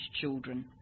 children